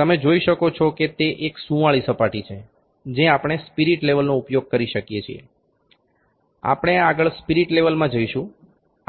તમે જોઈ શકો છો કે તે એક સુંવાળી સપાટી છે જે આપણે સ્પિરિટ લેવલનો ઉપયોગ કરી શકીએ છીએ આપણે આગળ સ્પિરિટ લેવલમાં જઈશું